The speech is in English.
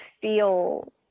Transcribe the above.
feel